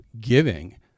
giving